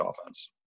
offense